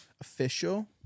Official